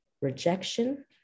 rejection